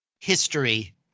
history